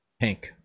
pink